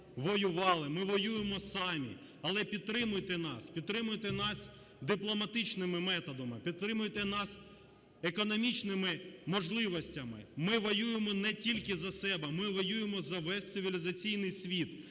нас воювали, ми воюємо самі. Але підтримуйте нас, підтримуйте нас дипломатичними методами, підтримуйте нас економічними можливостями. Ми воюємо не тільки за себе, ми воюємо за весь цивілізаційний світ.